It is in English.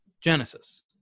Genesis